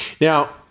Now